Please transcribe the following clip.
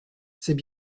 c’est